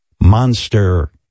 monster